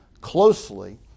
closely